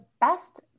best